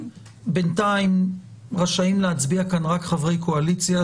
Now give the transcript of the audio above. בינתיים רשאים להצביע כאן רק חברי קואליציה,